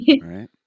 right